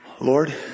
Lord